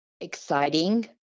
exciting